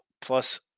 plus